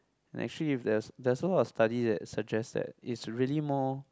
and actually if there's there's a lot of study that suggest that it's really more